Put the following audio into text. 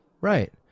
Right